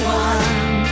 one